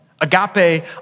agape